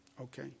okay